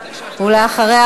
ואחריה,